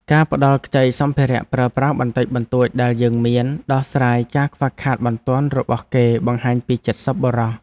ការផ្តល់ខ្ចីសម្ភារៈប្រើប្រាស់បន្តិចបន្តួចដែលយើងមានដោះស្រាយការខ្វះខាតបន្ទាន់របស់គេបង្ហាញពីចិត្តសប្បុរស។